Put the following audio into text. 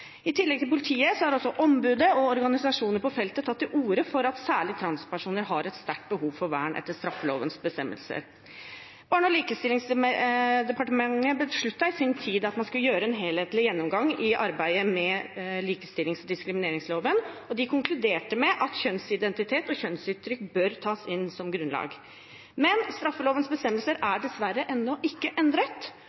I tillegg til politiet har også ombudet og organisasjoner på feltet tatt til orde for at særlig transpersoner har et sterkt behov for vern etter straffelovens bestemmelser. Barne- og likestillingsdepartementet besluttet i sin tid at man skulle gjøre en helhetlig gjennomgang i arbeidet med likestillings- og diskrimineringsloven, og de konkluderte med at kjønnsidentitet og kjønnsuttrykk bør tas inn som grunnlag. Men straffelovens bestemmelser